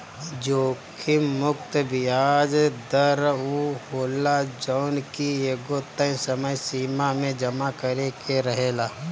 जोखिम मुक्त बियाज दर उ होला जवन की एगो तय समय सीमा में जमा करे के रहेला